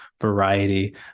variety